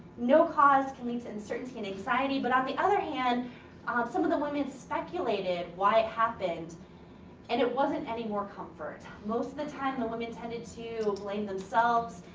no cause can lead to uncertainty and anxiety but on the other hand some of the women speculated why it happened and it wasn't any more comfort. most of the time the women tended to blame themselves.